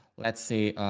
let's say,